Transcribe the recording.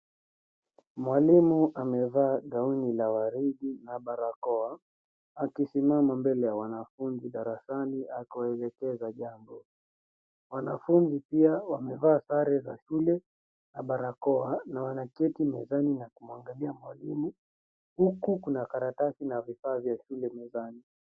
Mwalimu ameaa gauni la waridi na barakoa, akisimama mbele ya wanafunzi darasani akiwaelekeza jambo. Wanafunzi pia wamevaa sare za shule na barakoa, na wanaketi mezani na kumwangalia mwalimu, huku kuna karatasi na vifaa vya shule mezani.